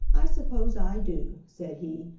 i suppose i do, said he,